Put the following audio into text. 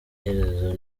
iherezo